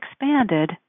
expanded